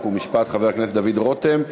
חוק ומשפט חבר הכנסת דוד רותם.